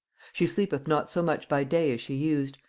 she sleepeth not so much by day as she used,